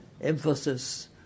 emphasis